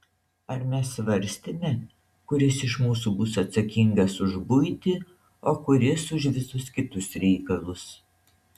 ar mes svarstėme kuris iš mūsų bus atsakingas už buitį o kuris už visus kitus reikalus